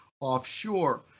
offshore